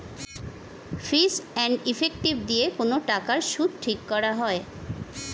fees and effective দিয়ে কোন টাকার সুদ ঠিক করা হয়